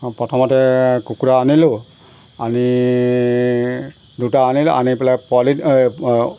প্ৰথমতে কুকুৰা আনিলোঁ আনি দুটা আনিলোঁ আনি পেলাই পোৱালি